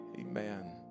Amen